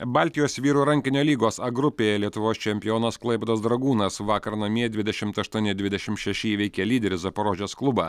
baltijos vyrų rankinio lygos a grupėje lietuvos čempionas klaipėdos dragūnas vakar namie dvidešimt aštuoni dvidešim šeši įveikė lyderį zaporožės klubą